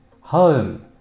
home